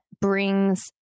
brings